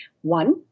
one